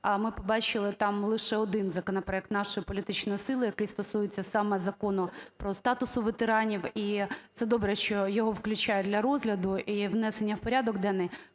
Ми побачили там лише один законопроект нашої політичної сили, який стосується саме Закону про статус ветеранів, і це добре, що його включать для розгляду і внесення в порядок денний.